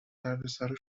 دردسرا